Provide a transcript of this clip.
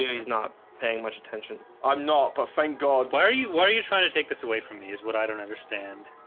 he's not paying much attention. i'm not perfect god why are you why are you trying to take this away from me is what i don't understand